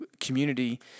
community